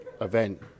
event